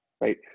right